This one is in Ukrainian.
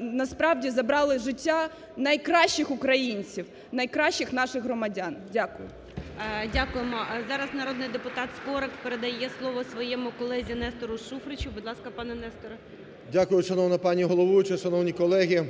насправді, забрали життя найкращих українців, найкращих наших громадян. Дякую. ГОЛОВУЮЧИЙ. Дякуємо. Зараз народний депутат Скорик передає слово своєму колезі Нестору Шуфричу. Будь ласка, пане Несторе. 10:27:51 ШУФРИЧ Н.І. Дякую, шановна пані головуюча! Шановні колеги!